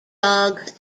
dogs